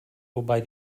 wobei